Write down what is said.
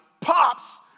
pops